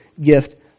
gift